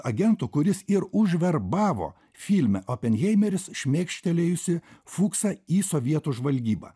agento kuris ir užverbavo filme openheimeris šmėkštelėjusį fuksą į sovietų žvalgybą